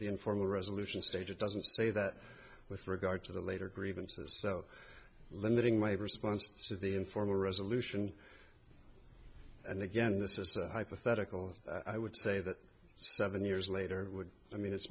the informal resolution stage it doesn't say that with regard to the later grievances so limiting my responses to the informal resolution and again this is hypothetical i would say that seven years later it would i mean